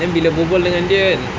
then bila berbual dengan dia kan